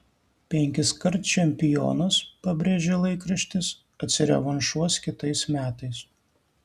penkiskart čempionas pabrėžė laikraštis atsirevanšuos kitais metais